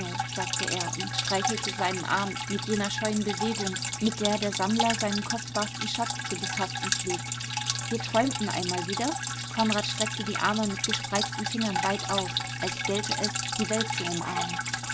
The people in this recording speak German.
sagte er und streichelte seinen arm mit jener scheuen bewegung mit der der sammler seinen kostbarsten schatz zu betasten pflegt wir träumten einmal wieder konrad streckte die arme mit gespreizten fingern weit aus als gelte es die welt zu umarmen